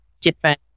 different